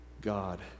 God